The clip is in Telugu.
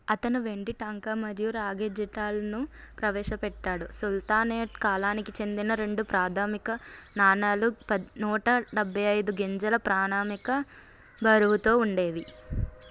అతను వెండి టంకా మరియు రాగి జిటాల్ను ప్రవేశపెట్టాడు సుల్తనేట్ కాలానికి చెందిన రెండు ప్రాథమిక నాణేలు నోట డభై ఐదు గింజల ప్రామాణిక బరువుతో ఉండేవి